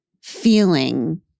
feeling